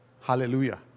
hallelujah